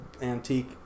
antique